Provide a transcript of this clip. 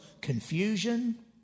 confusion